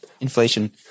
inflation